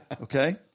Okay